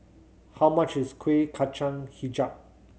how much is Kuih Kacang Hijau